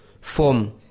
Form